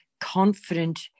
confident